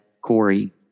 Corey